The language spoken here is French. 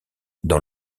dans